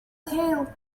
hail